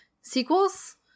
sequels